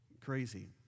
crazy